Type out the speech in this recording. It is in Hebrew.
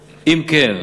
3. אם כן,